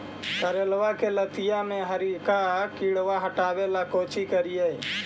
करेलबा के लतिया में हरका किड़बा के हटाबेला कोची करिए?